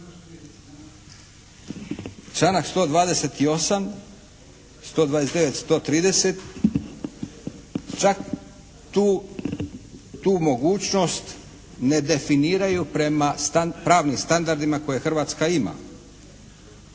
Članak 128., 129., 130. čak tu mogućnost ne definiraju prema pravnim standardima koje Hrvatska ima,